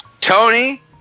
Tony